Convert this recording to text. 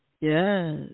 Yes